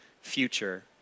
future